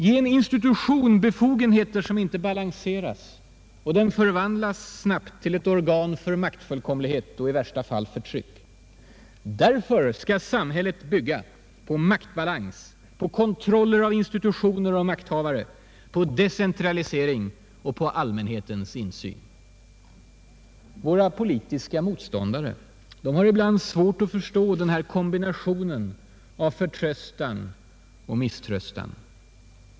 Ge en institution befogenheter som inte balanseras, och den förvandlas snabbt till ett organ för maktfullkomlighet och i värsta fall förtryck. Därför skall samhället bygga på maktbalans, på kontroller av institutioner och makthavare, på decentralisering och på allmänhetens insyn. Våra politiska motståndare har ibland svårt att förstå den här kombinationen av förtröstan och misströstan.